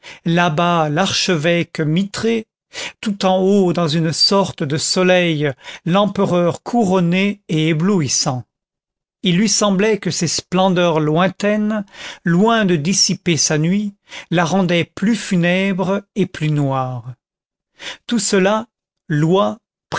là-bas l'archevêque mitré tout en haut dans une sorte de soleil l'empereur couronné et éblouissant il lui semblait que ces splendeurs lointaines loin de dissiper sa nuit la rendaient plus funèbre et plus noire tout cela lois